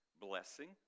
blessing